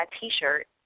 T-shirt